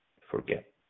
forget